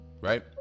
right